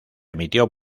emitió